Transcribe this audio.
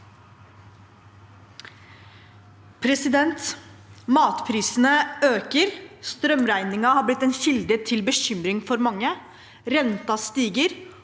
Matprisene øker, strømregningen har blitt en kilde til bekymring for mange, renten stiger,